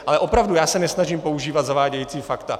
Ale opravdu, já se nesnažím používat zavádějící fakta.